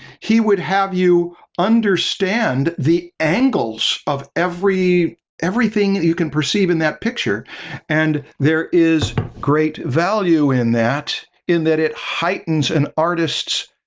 he would have you understand the angles of every everything that you can perceive in that picture and there is great value in that, in that it heightens an artist's,